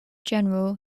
general